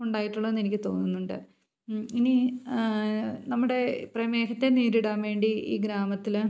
ഉണ്ടായിട്ടുള്ളതെന്ന് എനിക്ക് തോന്നുന്നുണ്ട് ഇനി നമ്മുടെ പ്രമേഹത്തെ നേരിടാൻ വേണ്ടി ഈ ഗ്രാമത്തിൽ